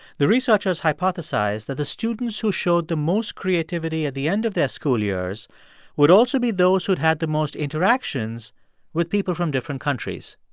the researchers hypothesized that the students who showed the most creativity at the end of their school years would also be those who'd had the most interactions with people from different countries.